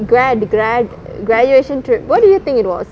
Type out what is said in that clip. graduate graduate graduation trip what do you think it was